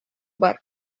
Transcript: бар